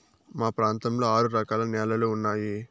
మా ప్రాంతంలో ఆరు రకాల న్యాలలు ఉన్నాయి